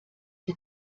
der